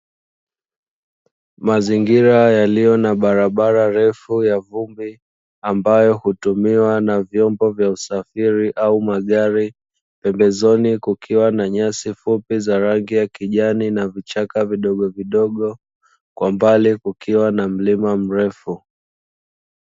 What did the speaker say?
Mazingira yaliyo na barabara refu ya vumbi ambayo hutumiwa na vyombo vya usafiri au magari. Pembezoni kukiwa na nyasi fupi za rangi ya kijani na vichaka vidogovidogo kwa mbali kukiwa na mlima mrefu.